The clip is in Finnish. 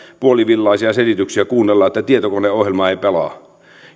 puolivillaisia selityksiä kuunnella että tietokoneohjelma ei pelaa